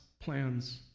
plans